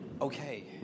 Okay